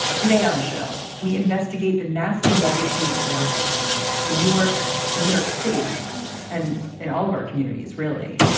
today on the show we investigate the nasty legacy of led in newark in new york city and in all of our communities really.